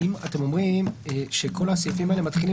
אתם אומרים שכל הסעיפים האלה מתחילים